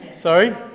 Sorry